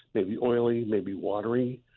maybe oily, maybe watery.